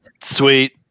Sweet